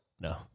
No